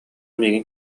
миигин